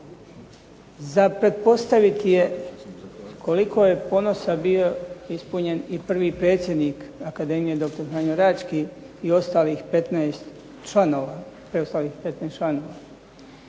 Za pretpostaviti je koliko je ponosa bio ispunjen i prvi predsjednik akademije doktor Franjo Rački ostalih preostalih 15 članova.